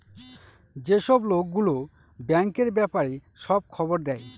যেসব লোক গুলো ব্যাঙ্কের ব্যাপারে সব খবর দেয়